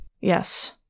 Yes